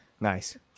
nice